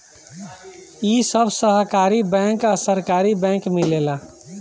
इ सब सहकारी बैंक आ सरकारी बैंक मिलेला